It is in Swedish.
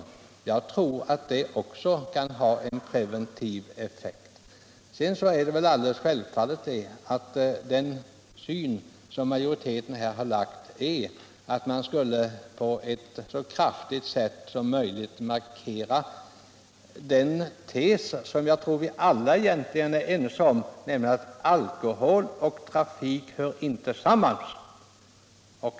Jag tror att det också kan ha en preventiv effekt. Sedan är det alldeles självfallet att majoritetens grundsyn har varit att man så kraftigt som möjligt skall markera den tes som jag tror att vi alla är ense om, nämligen att alkohol och trafik inte hör samman.